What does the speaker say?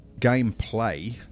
gameplay